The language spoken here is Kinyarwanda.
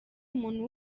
umuntu